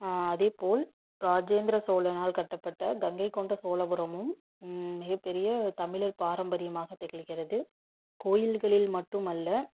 அதே போல் ராஜேந்திர சோழனால் கட்டப்பட்ட கங்கை கொண்ட சோழபுரமும் மிகப்பெரிய தமிழர் பாரம்பரியமாக திகழ்கிறது கோயில்களில் மட்டும் அல்ல